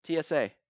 TSA